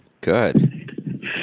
Good